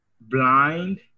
blind